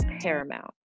paramount